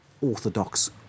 orthodox